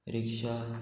rickshaw